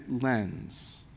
lens